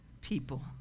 people